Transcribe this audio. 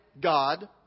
God